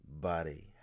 body